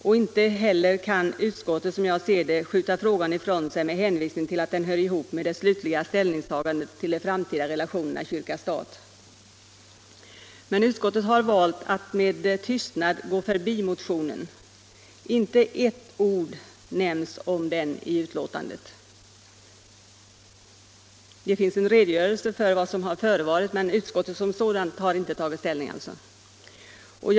Som jag ser det kan utskottet inte heller skjuta frågan ifrån sig med hänvisning till att den hör ihop med det slutliga ställningstagandet till de framtida relationerna kyrka-stat. Men utskottet har valt att med tystnad gå förbi motionen. Inte ett ord nämns om den i utlåtandet. Det finns i och för sig en redogörelse för vad som har förevarit i den fråga det gäller, men utskottet har inte som sådant tagit ställning.